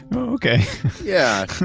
okay yeah